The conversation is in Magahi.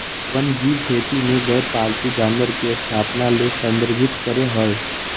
वन्यजीव खेती में गैर पालतू जानवर के स्थापना ले संदर्भित करअ हई